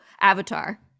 Avatar